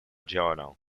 journal